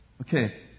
Okay